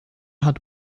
hat